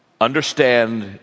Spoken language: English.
understand